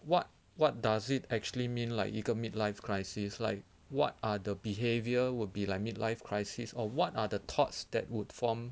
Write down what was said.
what what does it actually mean like 一个 mid life crisis like what are the behaviour would be like mid life crisis or what are the thoughts that would form